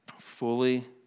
fully